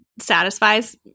satisfies